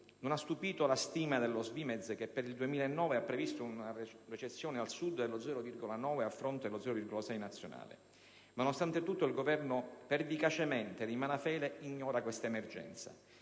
Non ha stupito la stima della SVIMEZ che per il 2009 ha previsto una recessione al Sud dello 0,9 a fronte dello 0,6 nazionale. Nonostante tutto, il Governo pervicacemente in malafede ignora questa emergenza.